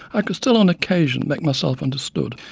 i could still on occasion make myself understood.